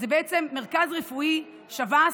מרכז רפואי שב"ס,